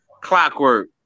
clockwork